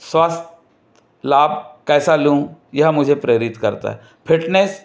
स्वास्थ्य लाभ कैसा लूँ यह मुझे प्रेरित करता है फिटनेस